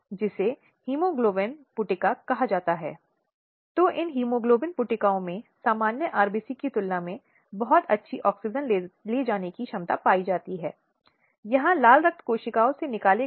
अगला एक यौन है यह हिंसा का एक बहुत गंभीर रूप है जिसका अर्थ यह नहीं है कि दूसरे इतने गंभीर नहीं हैं